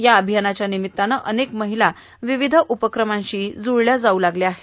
या अभियानाच्या निमित्ताने अनेक महिला विविध उपक्रमांशी ज्रुळल्या जाऊ लागल्या आहेत